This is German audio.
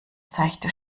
seichte